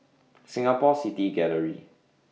Singapore City Gallery